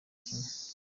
kimwe